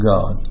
God